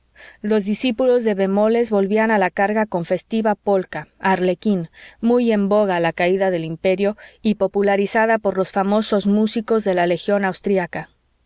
los discípulos de bemoles volvían a la carga con festiva polca arlequín muy en boga a la caída del imperio y popularizada por los famosos músicos de la legión austríaca